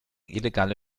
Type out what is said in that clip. illegale